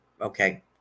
Okay